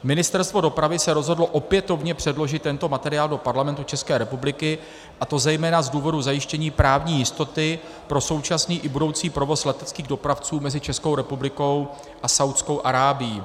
Ministerstvo dopravy se rozhodlo opětovně předložit tento materiál do Parlamentu České republiky, a to zejména z důvodu zajištění právní jistoty pro současný i budoucí provoz leteckých dopravců mezi Českou republikou a Saúdskou Arábií.